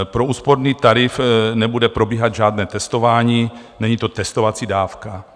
Pro úsporný tarif nebude probíhat žádné testování, není to testovací dávka.